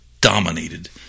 dominated